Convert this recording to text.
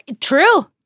True